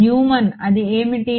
Neumann అది ఏమిటి